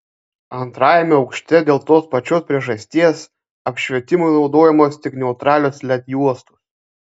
antrajame aukšte dėl tos pačios priežasties apšvietimui naudojamos tik neutralios led juostos